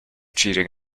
cheating